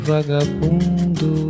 Vagabundo